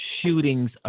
shootings